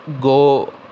Go